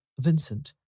Vincent